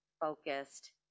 focused